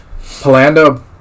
Polando